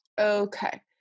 Okay